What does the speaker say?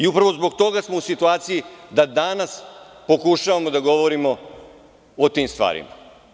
Upravo zbog toga smo u situaciji da danas pokušavamo da govorimo o tim stvarima.